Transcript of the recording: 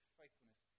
faithfulness